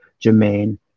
Jermaine